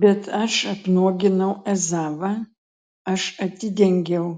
bet aš apnuoginau ezavą aš atidengiau